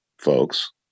folks